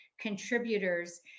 contributors